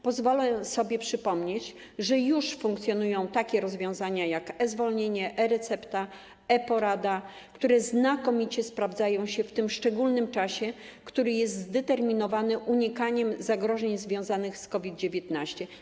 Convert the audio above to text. Pozwolę sobie przypomnieć, że już funkcjonują takie rozwiązania jak e-zwolnienie, e-recepta, e-porada, które znakomicie sprawdzają się w tym szczególnym czasie, który jest zdeterminowany unikaniem zagrożeń związanych z COVID-19.